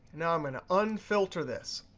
now i'm going to unfilter this.